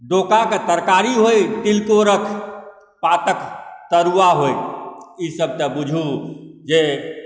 डोकाके तरकारी होइ तिलकोरक पातक तरुआ होइ ईसभ तऽ बुझू जे